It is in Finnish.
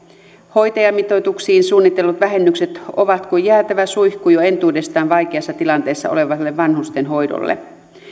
hoitajamitoituksiin suunnitellut vähennykset ovat kuin jäätävä suihku jo entuudestaan vaikeassa tilanteessa olevalle vanhustenhoidolle